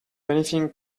anything